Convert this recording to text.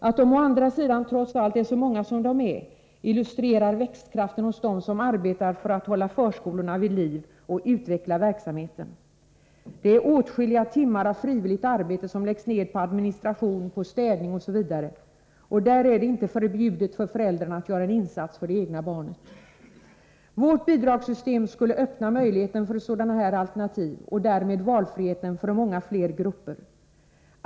Att de å andra sidan trots allt är så många som de är illustrerar växtkraften hos dem som arbetar för att hålla förskolorna vid liv och utveckla verksamheten. Det är åtskilliga timmar av frivilligt arbete som läggs ned på administration, på städning, osv. Där är det inte förbjudet för föräldrarna att göra en insats för det egna barnet. Vårt bidragssystem skulle öppna möjligheten för sådana här alternativ och därmed valfriheten för många fler grupper.